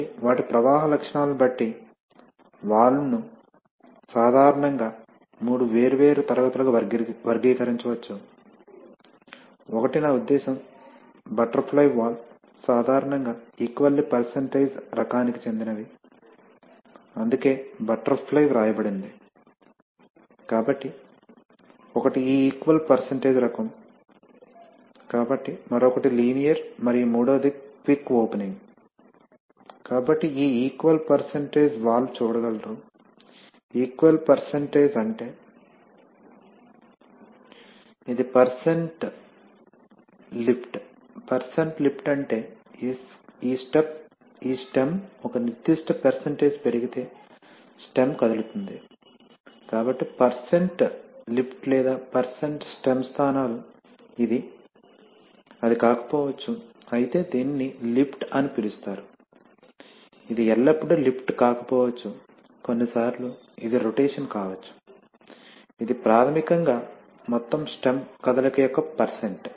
కాబట్టి వాటి ప్రవాహ లక్షణాలను బట్టి వాల్వ్ను సాధారణంగా మూడు వేర్వేరు తరగతులుగా వర్గీకరించవచ్చు ఒకటి నా ఉద్దేశ్యం బటర్ఫ్లై వాల్వ్స్ సాధారణంగా ఈక్వల్లీ పెర్సెంటేజ్ రకానికి చెందినవి అందుకే బటర్ఫ్లై వ్రాయబడింది కాబట్టి ఒకటి ఈ ఈక్వల్ పెర్సెంటేజ్ రకం కాబట్టి మరొకటి లీనియర్ మరియు మూడవది క్విక్ ఓపెనింగ్ కాబట్టి ఈ ఈక్వల్ పెర్సెంటేజ్ వాల్వ్ చూడగలరు ఈక్వల్ పెర్సెంటేజ్ అంటే ఇది పెర్సెంట్ లిఫ్ట్ పెర్సెంట్ లిఫ్ట్ అంటే ఈ స్టెమ్ ఒక నిర్దిష్ట పెర్సెంటేజ్ పెరిగితే స్టెమ్ కదులుతుంది కాబట్టి పెర్సెంట్ లిఫ్ట్ లేదా పెర్సెంట్ స్టెమ్ స్థానాలు ఇది అది కాకపోవచ్చు అయితే దీనిని లిఫ్ట్ అని పిలుస్తారు ఇది ఎల్లప్పుడూ లిఫ్ట్ కాకపోవచ్చు కొన్నిసార్లు ఇది రొటేషన్ కావచ్చు ఇది ప్రాథమికంగా మొత్తం స్టెమ్ కదలిక యొక్క పెర్సెంట్